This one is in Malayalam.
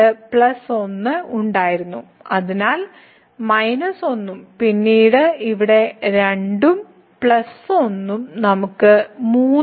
the Piskunov differential and integral calculus The Piskunov Differential and Integral Calculus Kreyszig advanced engineering mathematics Kreyszig Advanced Engineering Mathematics